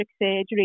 surgery